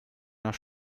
nach